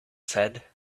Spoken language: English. said